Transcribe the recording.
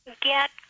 get